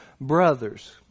brothers